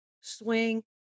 swing